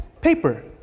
paper